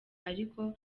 ariko